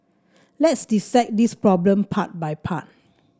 let's dissect this problem part by part